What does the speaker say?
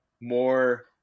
more